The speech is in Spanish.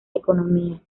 economía